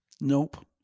Nope